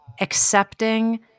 accepting